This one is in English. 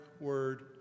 word